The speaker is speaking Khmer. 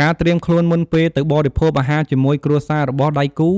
ការត្រៀមខ្លួនមុនពេលទៅបរិភោគអាហារជាមួយគ្រួសាររបស់ដៃគូ